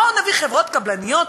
בואו נביא חברות קבלניות,